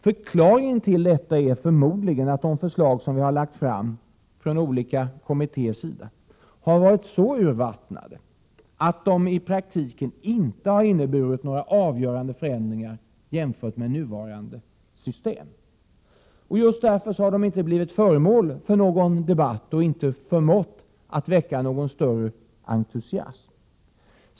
Förklaringen till detta är förmodligen att de förslag som har lagts fram från olika kommittéers sida har varit så urvattnade att de i praktiken inte har inneburit några avgörande förändringar jämfört med nuvarande system. Just därför har de inte blivit föremål för någon debatt och inte förmått att väcka någon större entusiasm.